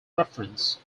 reference